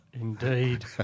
Indeed